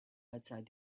outside